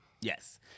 yes